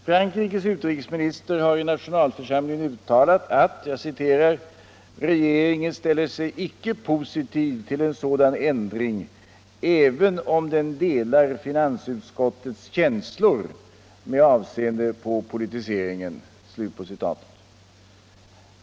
Frankrikes utrikesminister har i nationalförsamlingen uttalat att ”regeringen ställer sig icke positiv till en sådan ändring, även om den delar finansutskottets känslor med avseende på politiseringen”.